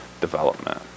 development